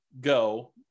go